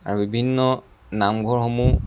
আৰু বিভিন্ন নামঘৰসমূহ